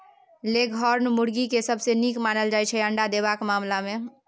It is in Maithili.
लेगहोर्न मुरगी केँ सबसँ नीक मानल जाइ छै अंडा देबाक मामला मे